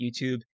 YouTube